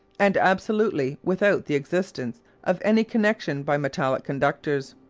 and absolutely without the existence of any connection by metallic conductors.